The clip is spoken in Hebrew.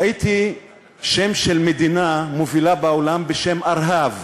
ראיתי שם של מדינה מובילה בעולם, ארה"ב.